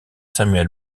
samuel